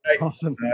awesome